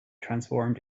transformed